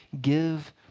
give